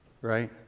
right